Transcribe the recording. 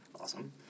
Awesome